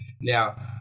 Now